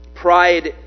Pride